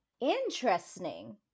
interesting